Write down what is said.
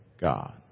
God